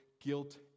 guilt